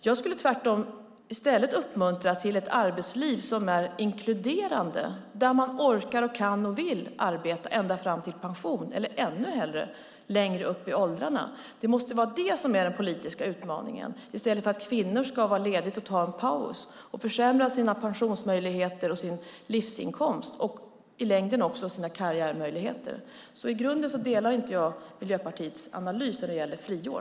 Jag skulle tvärtom uppmuntra till ett arbetsliv som är inkluderande och där man orkar, kan och vill arbeta ända fram till pension eller, ännu hellre, längre upp i åldrarna. Det måste vara det som är den politiska utmaningen, i stället för att kvinnor ska ta en paus och försämra sina pensionsmöjligheter, sin livsinkomst och i längden också sina karriärmöjligheter. I grunden delar jag alltså inte Miljöpartiets analys när det gäller friår.